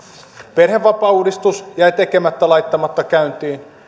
perhevapaauudistus jäi tekemättä laittamatta käyntiin